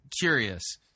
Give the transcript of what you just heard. curious